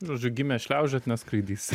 žodžiu gimęs šliaužiot neskraidysi